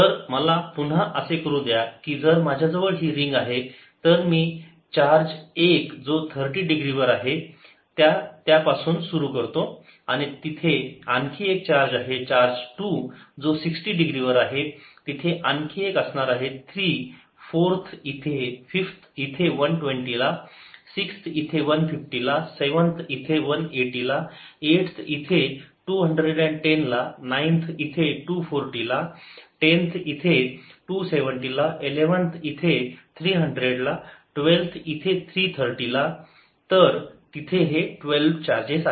तर मला पुन्हा असे करू द्या की जर माझ्याजवळ ही रींग आहे तर मी चार्ज 1 जो 30 डिग्री वर आहे त्या त्या पासून सुरू करतो तिथे आणखी एक आहे चार्ज 2 जो 60 डिग्री वर आहे तिथे आणखी एक असणार आहे 3 4 इथे 5 इथे 120 ला 6 इथे 150 ला 7 इथे 180 ला 8 इथे 210 ला 9 इथे 240 ला 10 इथे 270 ला 11 इथे 300 ला 12 इथे 330 ला तर तिथे हे 12चार्जेस आहेत